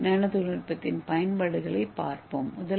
ஏ nano தொழில்நுட்பத்தின் பயன்பாடுகளைப் பார்ப்போம்